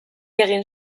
egin